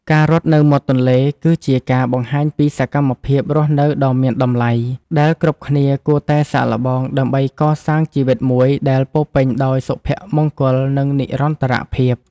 ការរត់នៅមាត់ទន្លេគឺជាការបង្ហាញពី សកម្មភាពរស់នៅដ៏មានតម្លៃ ដែលគ្រប់គ្នាគួរតែសាកល្បង ដើម្បីកសាងជីវិតមួយដែលពោរពេញដោយសុភមង្គល និងនិរន្តរភាព។